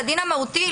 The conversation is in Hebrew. לדין המהותי.